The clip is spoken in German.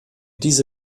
diese